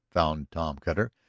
found tom cutter,